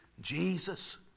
Jesus